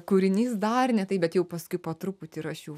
kūrinys dar ne taip bet jau paskui po truputį ir aš jau